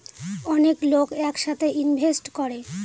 অনেক লোক এক সাথে ইনভেস্ট করে